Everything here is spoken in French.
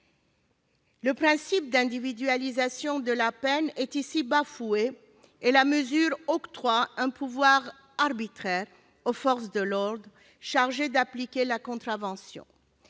le principe d'individualisation de la peine est ici bafoué, et la mesure octroie un pouvoir arbitraire aux forces de l'ordre chargées d'appliquer la contravention.